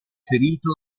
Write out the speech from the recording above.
ferito